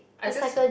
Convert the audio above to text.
I just